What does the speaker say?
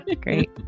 great